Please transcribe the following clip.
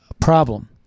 problem